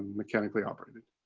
mechanically operated